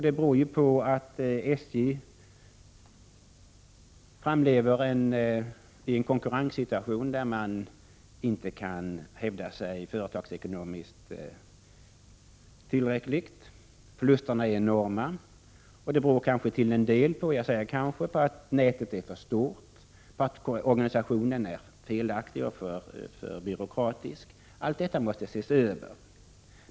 Det beror på att SJ verkar i en konkurrenssituation där man inte kan hävda sig tillräckligt bra företagsekonomiskt sett utan har enorma förluster. Det beror kanske till en del på att järnvägsnätet är för stort, på att organisationen är felaktig och för byråkratisk. Allt detta måste ses över.